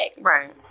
Right